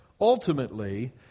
Ultimately